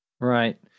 Right